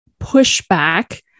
pushback